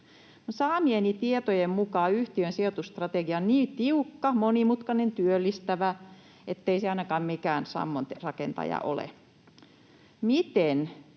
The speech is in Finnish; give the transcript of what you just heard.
saamieni tietojen mukaan yhtiön sijoitusstrategia on niin tiukka, monimutkainen, työllistävä, ettei se ainakaan mikään sammon rakentaja ole. Miten